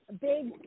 big –